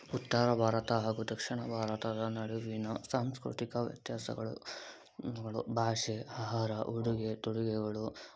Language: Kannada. ಉತ್ತರ ಭಾರತ ಹಾಗೂ ದಕ್ಷಿಣ ಭಾರತದ ನಡುವಿನ ಸಾಂಸ್ಕ್ರತಿಕ ವ್ಯತ್ಯಾಸಗಳು ಗಳು ಭಾಷೆ ಆಹಾರ ಉಡುಗೆ ತೊಡುಗೆಗಳು